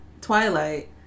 Twilight